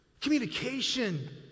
communication